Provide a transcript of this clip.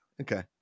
Okay